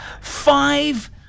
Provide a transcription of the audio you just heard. five